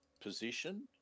position